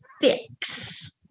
fix